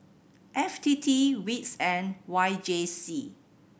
F T T wits and Y J C